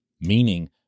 meaning